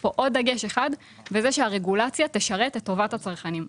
כאן עוד דגש אחד וזה שהרגולציה תשרת את טובת הצרכנים.